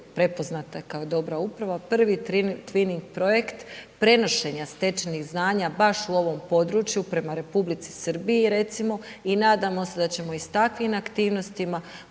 prepoznata je kao dobra uprava, prvi Twinning projekt prenošenja stečenih znanja baš u ovom području prema Republici Srbiji, recimo i nadamo se da ćemo i s takvim aktivnostima